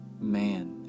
man